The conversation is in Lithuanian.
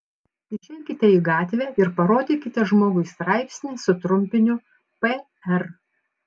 išeikite į gatvę ir parodykite žmogui straipsnį su trumpiniu pr